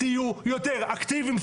תהיו יותר אקטיביים.